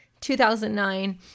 2009